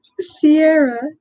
sierra